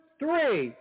three